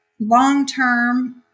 long-term